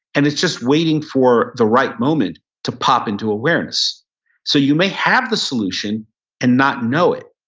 and it's just waiting for the right moment to pop into awareness so you may have the solution and not know it,